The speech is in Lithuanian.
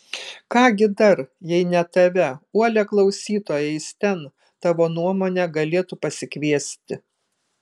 ką gi dar jeigu ne tave uolią klausytoją jis ten tavo nuomone galėtų pasikviesti